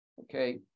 okay